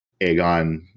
Aegon